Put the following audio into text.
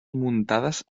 muntades